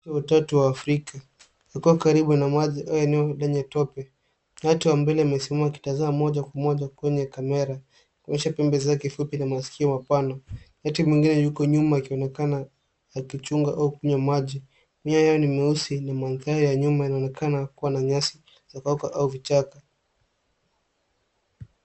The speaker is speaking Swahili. Nyati watatu wa Afrika wakiwa karibu na maji au eneo lenye tope. Nyati wa mbele amesimama akitazama moja kwa moja kwenye kamera akionyesha pembe zake fupi na masikio mapana. Nyati mwingine yuko nyuma akionekana akichunga au kunywa maji. Nyati huyu ni mweusi na mandhari ya nyuma inaonekana kuwa na nyasi zilizokauka au vichaka.